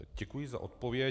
Děkuji za odpověď.